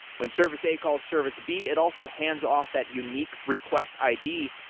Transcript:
when service a calls service b, it also hands off that unique request id,